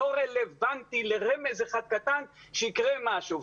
לא רלוונטי לרמז אחד קטן שיקרה משהו,